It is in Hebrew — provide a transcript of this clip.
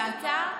ואתה,